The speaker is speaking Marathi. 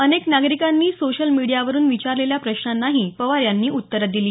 अनेक नागरिकांनी सोशल मीडियावरून विचारलेल्या प्रश्नांनाही पवार यांनी उत्तरं दिली